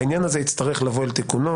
העניין הזה יצטרך לבוא אל תיקונו.